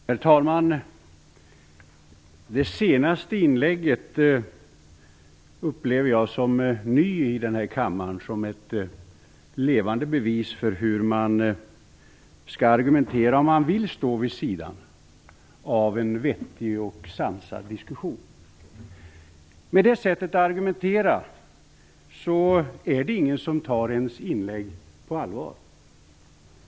Herr talman! Det senaste inlägget upplever jag som ny i denna kammare som ett levande bevis för hur man skall argumentera om man vill stå vid sidan av en vettig och sansad diskussion. Med det sättet att argumentera är det ingen som tar ens inlägg på allvar.